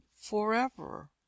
forever